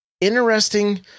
Interesting